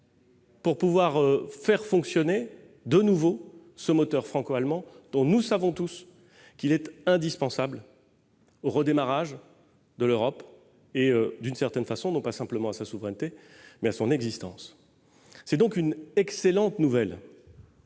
pour pouvoir faire fonctionner de nouveau ce moteur franco-allemand dont nous savons tous qu'il est indispensable au redémarrage de l'Europe, non pas simplement à sa souveraineté, mais à son existence. C'est donc une excellente nouvelle